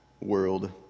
world